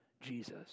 Jesus